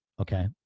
Okay